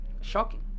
shocking